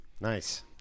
Nice